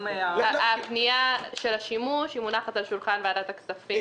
הפנייה של השימוש מונחת על שולחן ועדת הכספים.